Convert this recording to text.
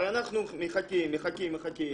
הרי אנחנו מחכים, מחכים, מחכים.